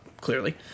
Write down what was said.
clearly